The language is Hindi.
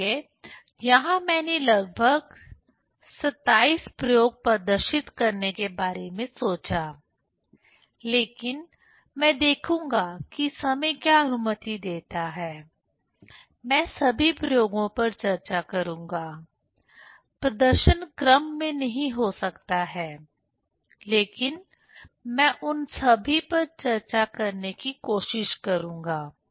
इसलिए यहां मैंने लगभग 27 प्रयोग प्रदर्शित करने के बारे में सोचा लेकिन मैं देखूंगा कि समय क्या अनुमति देता है मैं सभी प्रयोगों पर चर्चा करूंगा प्रदर्शन क्रम में नहीं हो सकता है लेकिन मैं उन सभी पर चर्चा करने की कोशिश करूंगा